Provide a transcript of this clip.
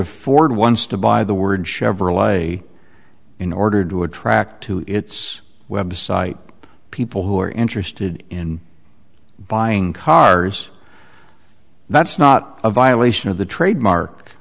afford once to buy the word chevrolet in order to attract to its website up people who are interested in buying cars that's not a violation of the trademark